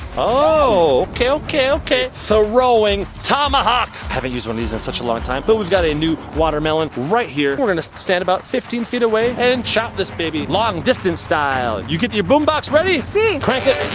oh, okay okay okay. throwing tomahawk. i haven't used one of these in such a long time. but we've got a new watermelon right here. we're gonna stand about fifteen feet away and chop this baby long distance style. you got your boombox ready? si. crank it!